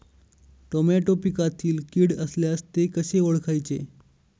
Tomato पिकातील कीड असल्यास ते कसे ओळखायचे?